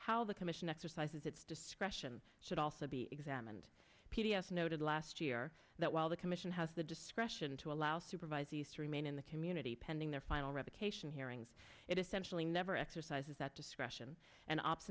how the commission exercises its discretion should also be examined p d s noted last year that while the commission has the discretion to allow supervisors to remain in the community pending their final revocation hearings it essentially never exercises that discretion and ops